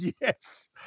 Yes